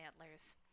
antlers